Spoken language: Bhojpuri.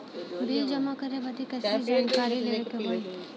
बिल जमा करे बदी कैसे जानकारी लेवे के होई?